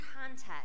context